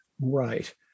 Right